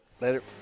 Later